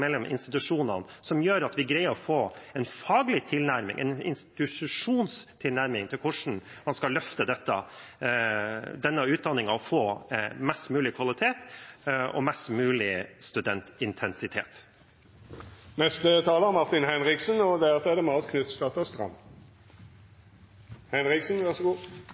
mellom dem som driver med lærerutdanning, også er med på å utveksle erfaringer mellom institusjonene, som gjør at vi greier å få en faglig tilnærming – en institusjonstilnærming – til hvordan man skal løfte denne utdanningen og få mest mulig kvalitet og mest mulig studentintensitet.